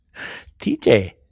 TJ